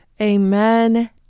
Amen